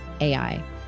AI